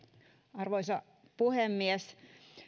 arvoisa puhemies